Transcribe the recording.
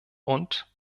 und